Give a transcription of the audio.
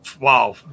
Wow